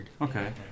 Okay